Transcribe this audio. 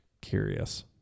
curious